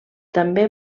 també